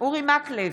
אורי מקלב,